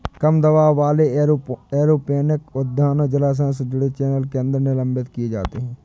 कम दबाव वाले एरोपोनिक उद्यानों जलाशय से जुड़े चैनल के अंदर निलंबित किया जाता है